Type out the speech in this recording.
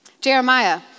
Jeremiah